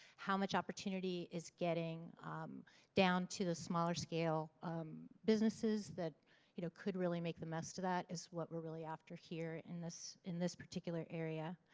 how much opportunity is getting down to the smaller scale businesses that you know could really make the mess to that is what we're after here in this in this particular area.